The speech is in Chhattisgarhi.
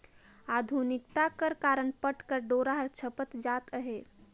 आधुनिकता कर कारन पट कर डोरा हर छपत जात अहे